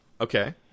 Okay